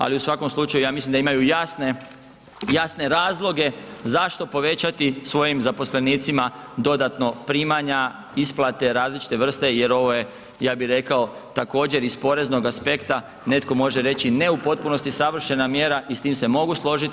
Ali u svakom slučaju ja mislim da imaju jasne, jasne razloge zašto povećati svojim zaposlenicima dodatno primanja, isplate različite vrste jer ovo je ja bih rekao također iz poreznog aspekta netko može reći ne u potpunosti savršena mjera i s time se mogu složiti.